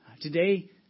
Today